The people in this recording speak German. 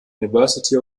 university